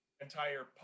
entire